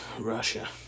Russia